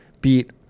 beat